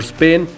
Spain